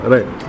Right